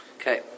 okay